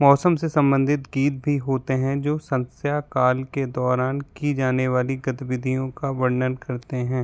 मौसम से सम्बंधित गीत भी होते हैं जो संध्या काल के दौरान की जाने वाली गतिविधियों का वर्णन करते हैं